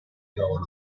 ironico